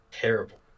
terrible